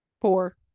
four